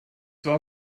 war